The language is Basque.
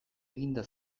eginda